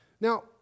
Now